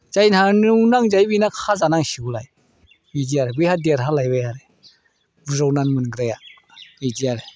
जायनाहावनो नांजायो बिना खाजानांसिगौलाय बिदि आरो बेहा देरहालायबाय आरो बुज्रावनानै मोनग्राया बिदि आरो